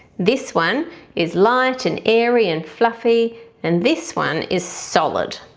this one is light and airy and fluffy and this one is solid.